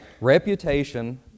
Reputation